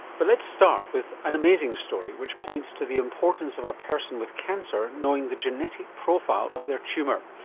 but let's start with an amazing story which points to the importance of a person with cancer knowing the genetic profile of their tumour.